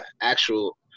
actual